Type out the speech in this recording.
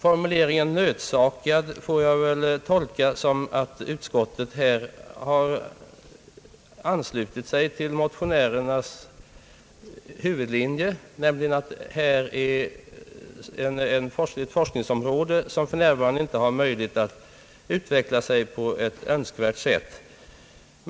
Formuleringen »nödsakat» får jag väl tolka som att utskottet har anslu tit sig till motionärernas huvudlinje, nämligen att här finns ett forskningsområde som för närvarande inte har möjlighet att utveckla sig på ett önskvärt sätt.